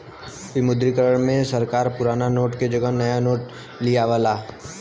विमुद्रीकरण में सरकार पुराना नोट के जगह नया नोट लियावला